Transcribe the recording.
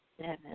seven